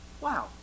wow